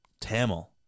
Tamil